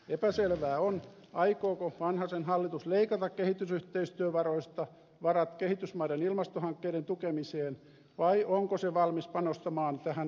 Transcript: epäselvää on aikooko vanhasen hallitus leikata kehitysyhteistyövaroista varat kehitysmaiden ilmastohankkeiden tukemiseen vai onko se valmis panostamaan tähän uusia varoja